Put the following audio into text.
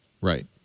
right